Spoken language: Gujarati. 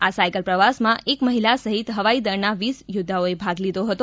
આ સાયકલ પ્રવાસમાં એક મહિલા સહિત હવાઇદળના વિસ યોધ્ધાઓએ ભાગ લીધો હતો